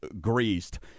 greased